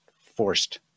forced